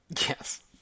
Yes